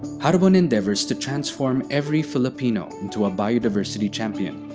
haribon endeavors to transform every filipino into a biodiversity champion,